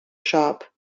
shop